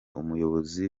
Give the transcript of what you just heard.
umuyobozi